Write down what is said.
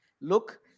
look